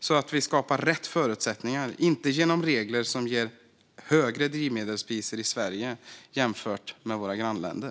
Det sker inte genom regler som ger högre drivmedelspriser i Sverige jämfört med våra grannländer.